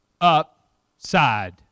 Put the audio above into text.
upside